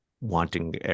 wanting